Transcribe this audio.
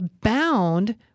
bound